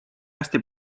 hästi